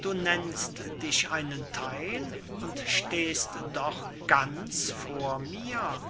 du nennst dich einen theil und stehst doch ganz vor mir